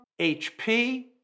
HP